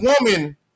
woman